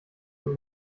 und